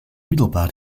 middelbaar